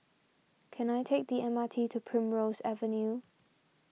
can I take the M R T to Primrose Avenue